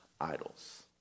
idols